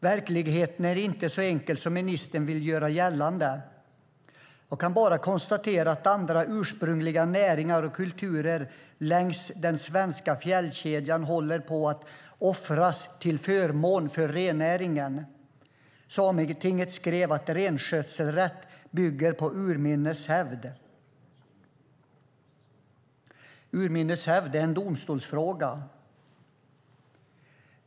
Verkligheten är inte så enkel som ministern vill göra gällande. Jag kan bara konstatera att andra ursprungliga näringar och kulturer längs den svenska fjällkedjan håller på att offras till förmån för rennäringen. Sametinget skrev att renskötselrätt bygger på urminnes hävd. Urminnes hävd är en domstolsfråga.